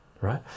right